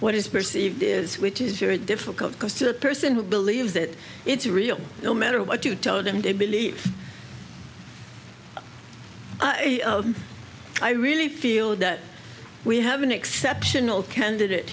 what is perceived is which is very difficult because to a person who believes that it's real no matter what you told him to believe i really feel that we have an exceptional candidate